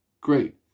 great